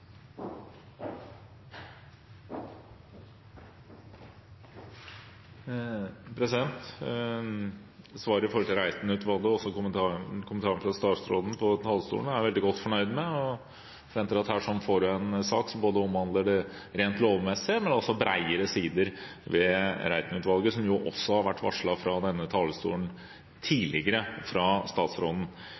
Svaret i forhold til Reiten-utvalget og kommentaren fra statsråden på talerstolen er jeg veldig godt fornøyd med, og jeg forventer at man her får en sak som omhandler det rent lovmessige, men også bredere sider ved Reiten-utvalget, som jo også har vært varslet fra denne talerstolen tidligere fra statsråden.